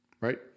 right